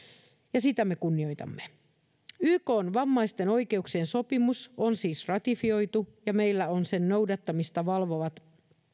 ja sitä me kunnioitamme ykn vammaisten oikeuksien sopimus on siis ratifioitu ja meillä on sen noudattamista valvovat